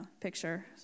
picture